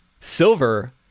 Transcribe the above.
Silver